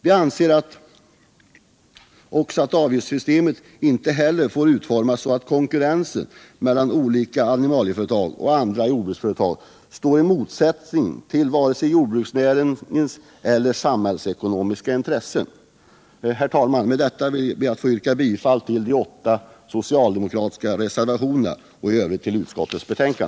Vi anser också = ken, m.m. att avgiftssystemet inte får utformas på sådant sätt, att konkurrensen mellan animalieföretagen och andra jordbruksföretag står i motsättning till vare sig jordbruksnäringen eller samhällsekonomiska intressen. Herr talman! Med detta ber jag att få yrka bifall till de åtta socialdemokratiska reservationerna och i övrigt bifall till utskottets hemställan.